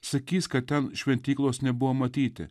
sakys kad ten šventyklos nebuvo matyti